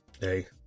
Hey